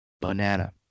banana